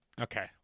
Okay